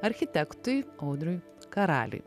architektui audriui karaliui